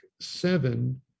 seven